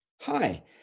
Hi